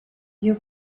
you